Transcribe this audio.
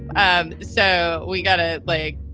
um so we got to like,